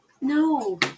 No